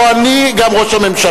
לא אני, גם ראש הממשלה.